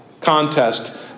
contest